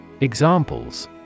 Examples